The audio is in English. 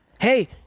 Hey